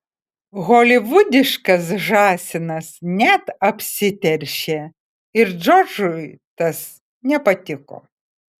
holivudiškas žąsinas net apsiteršė ir džordžui tas nepatiko